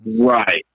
Right